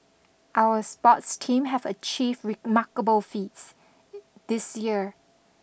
our sports team have achieved remarkable feats this year